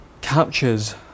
captures